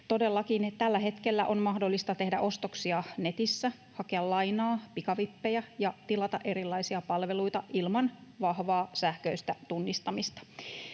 tällä hetkellä on mahdollista tehdä ostoksia netissä, hakea lainaa ja pikavippejä ja tilata erilaisia palveluita ilman vahvaa sähköistä tunnistamista.